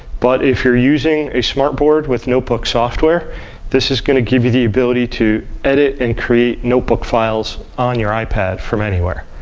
but if you're using a smart board with notebook software this is going to give you the ability to edit and create notebook files on your ipad from anywhere.